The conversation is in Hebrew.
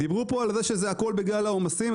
דיברו פה על זה שזה הכול בגלל העומסים.